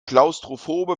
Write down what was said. klaustrophobe